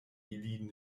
ili